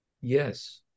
yes